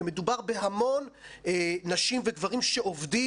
ומדובר בהמון נשים וגברים שעובדים,